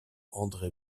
andré